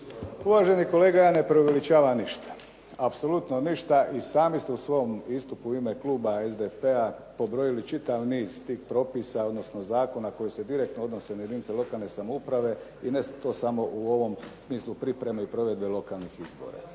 Uvaženi kolega, ja ne preuveličavam ništa, apsolutno ništa i sami ste u svom istupu u ime kluba SDP-a pobrojili čitav niz tih propisa, odnosno zakona koji se direktno odnose na jedinice lokalne samouprave i ne to samo u ovom smislu pripreme i provedbe lokalnih izbora.